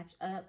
up